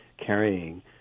carrying